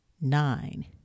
Nine